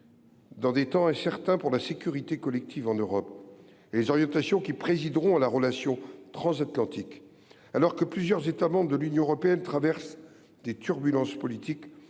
Dans ces temps incertains pour la sécurité collective en Europe, dans l’attente des orientations qui présideront à la relation transatlantique et alors que plusieurs États membres de l’Union européenne traversent des turbulences politiques,